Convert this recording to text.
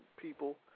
people